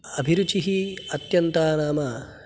अभिरुचिः अत्यन्ता नाम